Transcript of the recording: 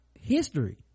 history